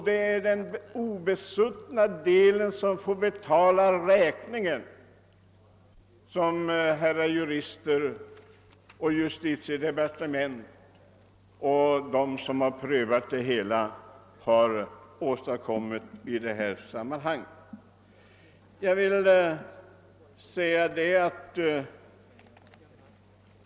Det är den obesuttna delen som får betala räkningen som herrar jurister och justitiedepartementet och de som har utarbetat detta förslag har åstadkommit i detta sammanhang.